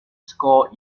score